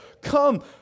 come